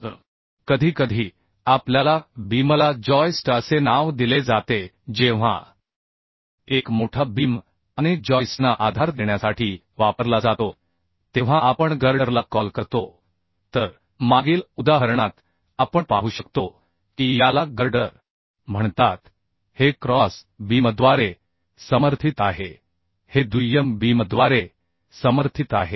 तर कधीकधी आपल्याला बीमला जॉइस्ट असे नाव दिले जाते जेव्हा एक मोठा बीम अनेक जॉइस्टना आधार देण्यासाठी वापरला जातो तेव्हा आपण गर्डरला कॉल करतो तर मागील उदाहरणात आपण पाहू शकतो की याला गर्डर म्हणतात हे क्रॉस बीमद्वारे समर्थित आहे हे दुय्यम बीमद्वारे समर्थित आहे